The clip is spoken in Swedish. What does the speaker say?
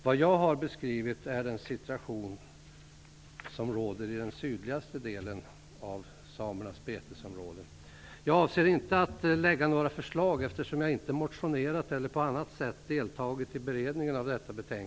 Vad jag har beskrivit är situationen i den sydligaste delen av renbetesområdet. Jag avser inte att ställa några förslag, eftersom jag inte har motionerat eller på annat sätt deltagit i beredningen av detta ärende.